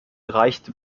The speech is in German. reichte